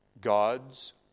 God's